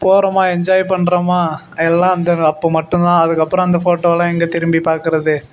போகிறமா enjoy பண்ணுறமா எல்லாம் அந்த அப்போ மட்டுந்தான் அதுக்கப்புறம் அந்த ஃபோட்டோல்லாம் எங்கே திரும்பிப் பார்க்கறது